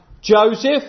Joseph